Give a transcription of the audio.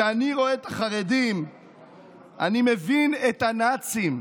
"כשאני רואה את החרדים אני מבין את הנאצים,